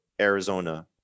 Arizona